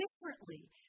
differently